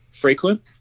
frequent